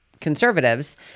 conservatives